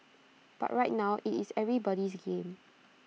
but right now IT is everybody's game